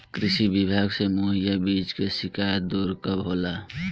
कृषि विभाग से मुहैया बीज के शिकायत दुर कब होला?